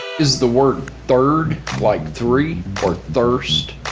is the word third, like three? or thirst?